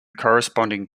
corresponding